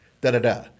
Da-da-da